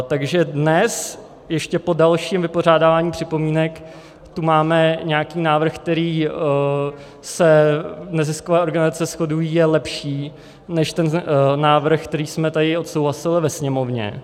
Takže dnes ještě po dalším vypořádávání připomínek tu máme nějaký návrh, který, se neziskové organizace shodují, je lepší než návrh, který jsme tady odsouhlasili ve Sněmovně.